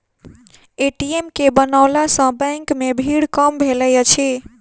ATM के बनओला सॅ बैंक मे भीड़ कम भेलै अछि